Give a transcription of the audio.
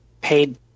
Paid